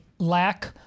lack